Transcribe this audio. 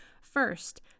First